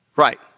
Right